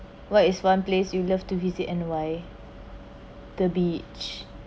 what is one place you love to visit and why the beach